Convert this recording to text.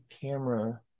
camera